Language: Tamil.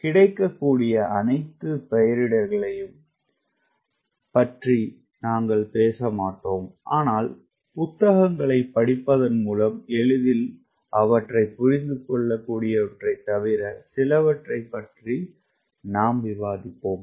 கிடைக்கக்கூடிய அனைத்து பெயரிடல்களையும் பற்றி நாங்கள் பேச மாட்டோம் ஆனால் புத்தகங்களைப் படிப்பதன் மூலம் எளிதில் புரிந்துகொள்ளக்கூடியவற்றைத் தவிர சிலவற்றைப் பற்றி விவாதிப்போம்